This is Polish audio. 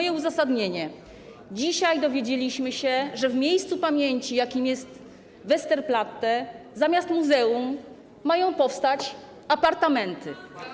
I uzasadnienie: Dzisiaj dowiedzieliśmy się, że w miejscu pamięci, jakim jest Westerplatte, zamiast muzeum mają powstać apartamenty.